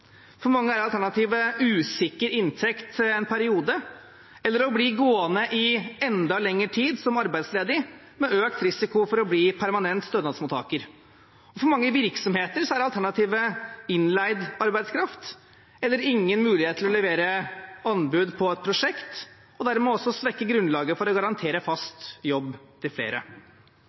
For mange er alternativet usikker inntekt en periode eller å bli gående i enda lengre tid som arbeidsledig med økt risiko for å bli permanent stønadsmottaker. For mange virksomheter er alternativet innleid arbeidskraft eller ingen mulighet til å levere anbud på et prosjekt og dermed også svekke grunnlaget for å garantere fast jobb til flere.